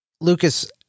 Lucas